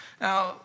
Now